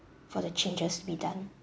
for the changes to be done